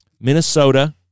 Minnesota